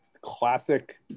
classic